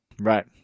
Right